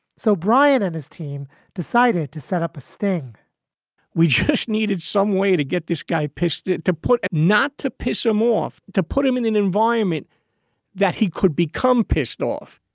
so brian and his team decided to set up a sting we just needed some way to get this guy pissed, to put it, not to piss him off, to put him in an environment that he could become pissed off.